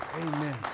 Amen